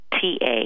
T-A